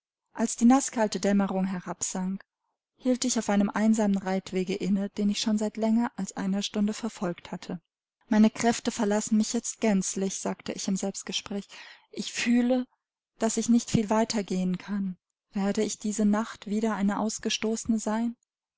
als die naßkalte dämmerung herabsank hielt ich auf einem einsamen reitwege inne den ich schon seit länger als einer stunde verfolgt hatte meine kräfte verlassen mich jetzt gänzlich sagte ich im selbstgespräch ich fühle daß ich nicht viel weiter gehen kann werde ich diese nacht wieder eine ausgestoßene sein